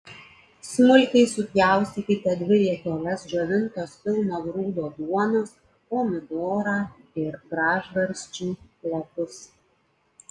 smulkiai supjaustykite dvi riekeles džiovintos pilno grūdo duonos pomidorą ir gražgarsčių lapus